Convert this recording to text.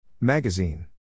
Magazine